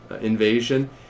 invasion